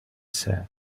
said